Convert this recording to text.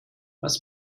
was